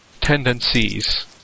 tendencies